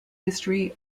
history